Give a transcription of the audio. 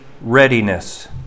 readiness